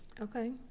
okay